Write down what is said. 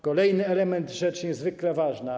Kolejny element to rzecz niezwykle ważna.